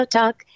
Talk